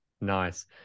Nice